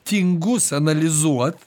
tingus analizuot